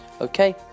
Okay